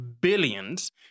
billions